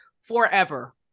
forever